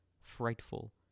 Frightful